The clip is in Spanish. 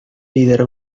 líder